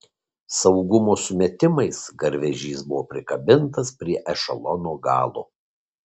saugumo sumetimais garvežys buvo prikabintas prie ešelono galo